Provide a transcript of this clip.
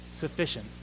sufficient